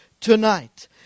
tonight